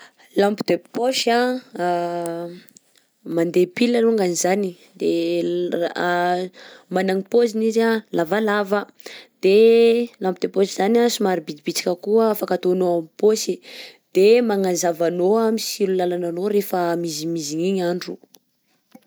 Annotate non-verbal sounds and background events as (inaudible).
Lampe de poche (hesitation) mandeha pile alongany zany, de raha (hesitation) managny paoziny izy a lavalava, de lampe de poche zany a somary bitibitika koa afaka ataonao amin'ny poche, de magnazavanao mitsilo lalana anao rehefa mizimizigna igny andro.